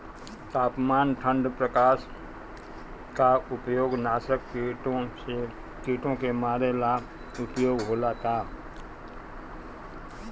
तापमान ठण्ड प्रकास का उपयोग नाशक कीटो के मारे ला उपयोग होला का?